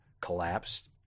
collapsed